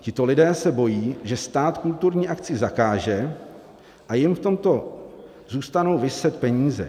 Tito lidé se bojí, že stát kulturní akci zakáže a jim v tom zůstanou viset peníze.